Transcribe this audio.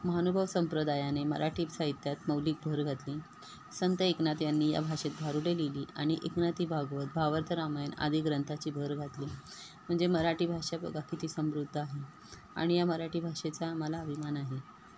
महानुभव संप्रदायाने मराठी साहित्यात मौलिक भर घातली संत एएकनाथांनी या भाषेत भारुडे लिहिली आणि एकनाथी भागवत भावार्थ रामायणआदी ग्रंथाची भर घातली म्हणजे मराठी भाषा बघा की ती समृद्ध आहे आणि या मराठी भाषेचा मला अभिमान आहे